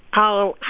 oh,